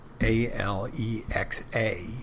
A-L-E-X-A